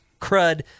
crud